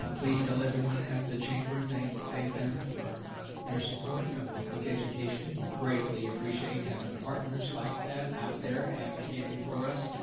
ah please tell everyone at the chamber, thank thank them for their support of public education. we greatly appreciate having partners like that out there advocating for us,